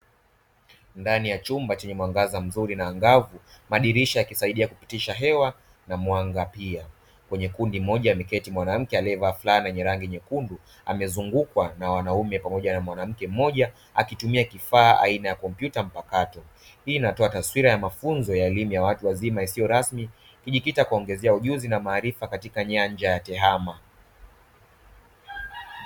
Ndani ya chumba chenye mwangaza mzuri na angavu madirisha yakisaidia kupitisha hewa na mwanga pia kwenye kundi moja ameketi mwanamke aliyevaa fulana yenye rangi nyekundu amezungukwa na wanaume pamoja na mwanamke mmoja akitumia kifaa aina ya kompyuta mpakato. Hii inatoa taswira ya mafunzo ya elimu ya watu wazima isiyo rasmi ikijikita kuwaongezea ujuzi na maarifa katika nyanja ya tehama.